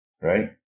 right